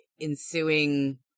ensuing